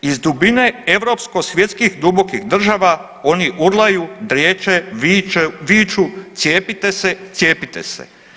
Iz dubine europskosvjetskih dubokih država oni urlaju, driječe, viču cijepite se, cijepite se.